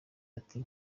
ati